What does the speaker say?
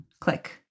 click